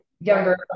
younger